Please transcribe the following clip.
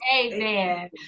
Amen